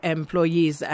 employees